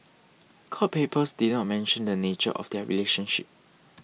court papers did not mention the nature of their relationship